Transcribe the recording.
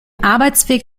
arbeitsweg